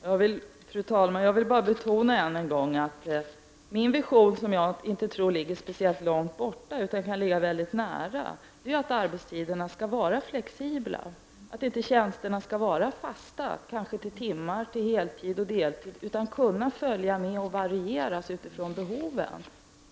Fru talman! Jag vill bara än en gång betona att min vision — som jag inte tror ligger särskilt långt borta, utan den kan ligga väldigt näraär att arbetstiderna skall vara flexibla och att tjänsterna inte skall vara fasta till timmar, deltid och heltid utan skall kunna varieras allt efter behov.